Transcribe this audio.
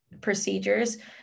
procedures